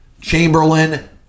Chamberlain